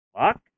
fuck